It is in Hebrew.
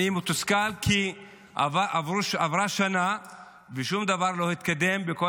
אני מתוסכל כי עברה שנה ושום דבר לא התקדם בכל